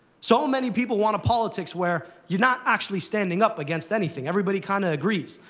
so many people want a politics where you're not actually standing up against anything. everybody kind of agrees.